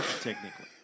Technically